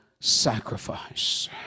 sacrifice